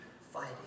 fighting